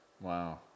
Wow